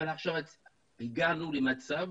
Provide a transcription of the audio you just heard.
אבל עכשיו הגענו למצב